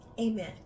Amen